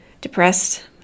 depressed